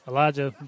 Elijah